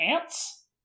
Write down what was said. ants